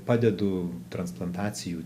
padedu transplantacijų